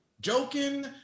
joking